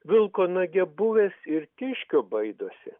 vilko nage buvęs ir kiškio baidosi